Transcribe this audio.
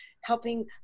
helping